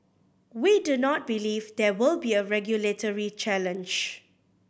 we do not believe there will be a regulatory challenge